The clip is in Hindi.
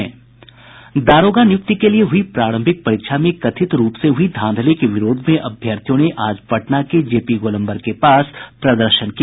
दारोगा नियुक्ति के लिए हुई प्रारंभिक परीक्षा में कथित रूप से हुई धांधली के विरोध में अभ्यर्थियों ने आज पटना के जेपी गोलम्बर के पास प्रदर्शन किया